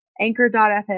Anchor.fm